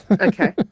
Okay